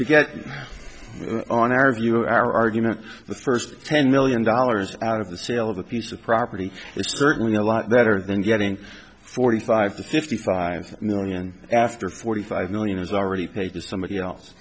to get on our view our argument the first ten million dollars out of the sale of a piece of property it's certainly a lot better than getting forty five to fifty five million after forty five million has already paid to somebody else